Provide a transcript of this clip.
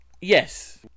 Yes